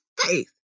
faith